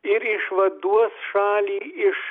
ir išvaduos šalį iš